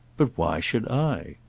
but why should i?